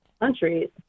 countries